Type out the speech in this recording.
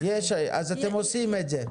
אז אתם עושים את זה?